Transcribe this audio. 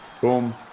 boom